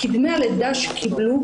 כי דמי הלידה שקיבלו,